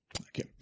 Okay